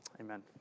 Amen